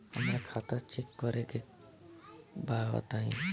हमरा खाता चेक करे के बा बताई?